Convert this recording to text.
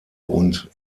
und